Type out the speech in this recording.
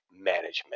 management